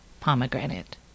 Pomegranate